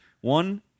One